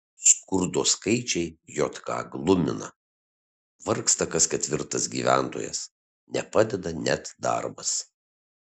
skurdo skaičiai jk glumina vargsta kas ketvirtas gyventojas nepadeda net darbas